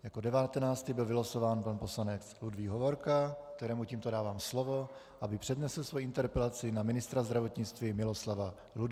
Jako 19. byl vylosován pan poslanec Ludvík Hovorka, kterému tímto dávám slovo, aby přednesl svoji interpelaci na ministra zdravotnictví Miloslava Ludvíka.